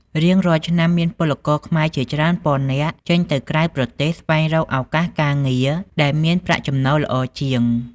រៀងរាល់ឆ្នាំ មានពលករខ្មែរជាច្រើនពាន់នាក់ចេញទៅក្រៅប្រទេសស្វែងរកឱកាសការងារដែលមានប្រាក់ចំណូលល្អជាង។